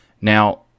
Now